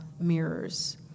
mirrors